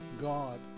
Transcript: God